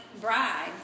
bride